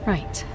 Right